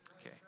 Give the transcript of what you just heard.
Okay